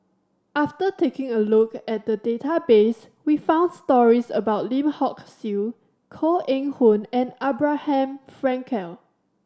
after taking a look at the database we found stories about Lim Hock Siew Koh Eng Hoon and Abraham Frankel